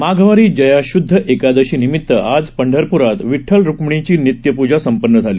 माघवारी जया शृध्द एकादशी निमित आज पंढरपुरात विठठल रुक्मिणीची नित्यपुजा संपन्न झाली